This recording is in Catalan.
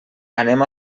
anem